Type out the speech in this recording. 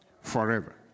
Forever